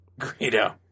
Greedo